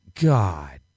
god